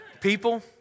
People